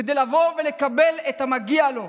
כדי לקבל את המגיע לו.